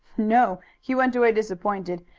no. he went away disappointed.